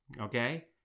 okay